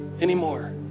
anymore